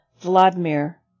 VLADIMIR